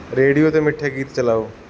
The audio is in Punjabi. ਰੇਡੀਓ 'ਤੇ ਮਿੱਠੇ ਗੀਤ ਚਲਾਓ